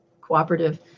cooperative